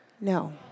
No